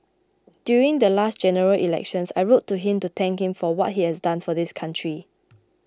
during the last General Elections I wrote to him to thank him for what he has done for this country